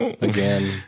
Again